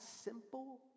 simple